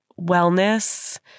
wellness